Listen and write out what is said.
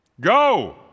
Go